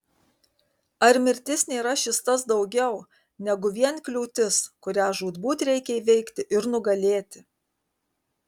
ar mirtis nėra šis tas daugiau negu vien kliūtis kurią žūtbūt reikia įveikti ir nugalėti